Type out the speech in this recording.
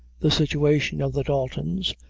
the situation of the daltons,